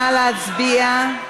נא להצביע.